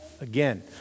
Again